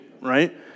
right